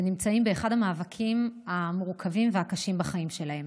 שנמצאים באחד המאבקים המורכבים והקשים בחיים שלהם,